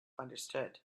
understood